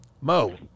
Mo